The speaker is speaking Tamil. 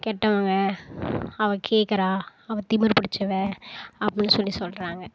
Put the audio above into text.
கெட்டவங்க அவள் கேட்குறா அவள் திமிரு பிடிச்சவ அப்டின்னு சொல்லி சொல்கிறாங்க